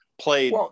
played